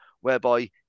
whereby